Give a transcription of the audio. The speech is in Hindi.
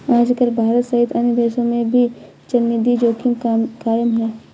आजकल भारत सहित अन्य देशों में भी चलनिधि जोखिम कायम है